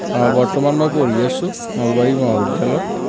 অ বৰ্তমান মই পঢ়ি আছোঁ নলবাৰী মহাবিদ্যালয়ত